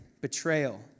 betrayal